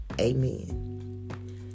Amen